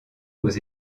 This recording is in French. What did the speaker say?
aux